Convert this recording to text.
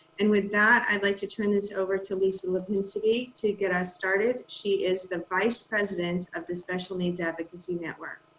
and with that, i'd like to turn this over to lisa lapinski to get us started. she is the vice president of the special needs advocacy network.